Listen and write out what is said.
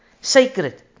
sacred